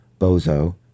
Bozo